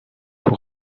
pour